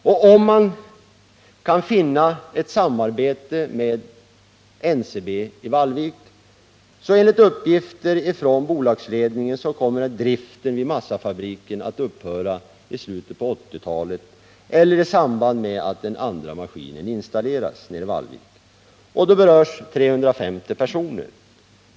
Om man kan finna någon form för ett samarbete med NCB i Vallvik, kommer driften vid massafabriken enligt uppgifter från företagsledningen att upphöra i slutet av 1980-talet eller i samband med att den andra maskinen installeras i Vallvik. Då berörs 350 personer.